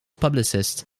publicist